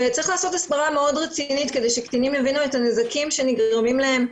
צריך לעשות הסברה מאוד רצינית כדי שקטינים יבינו את הנזקים שנגרמים להם,